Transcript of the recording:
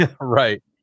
Right